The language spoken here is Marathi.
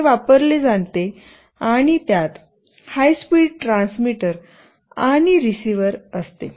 हे वापरले जाते आणि त्यात हाय स्पीड ट्रान्समीटर आणि रिसीव्हर असते